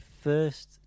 first